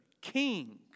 king